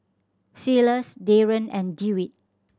Silas Daren and Dewitt